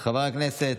חברי הכנסת,